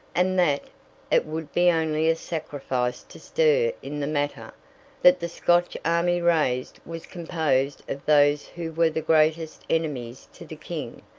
and that it would be only a sacrifice to stir in the matter that the scotch army raised was composed of those who were the greatest enemies to the king,